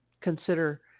Consider